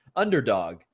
Underdog